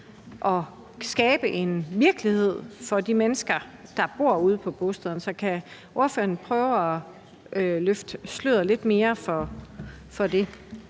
og skabe en virkelighed for de mennesker, der bor ude på bostederne. Så kan ordføreren prøve at løfte sløret lidt mere for det?